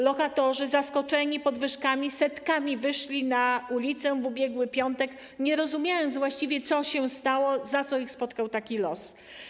Lokatorzy zaskoczeni podwyżkami setkami wyszli na ulicę w ubiegły piątek, nie rozumiejąc właściwie, co się stało, za co ich spotkał taki los.